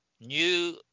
new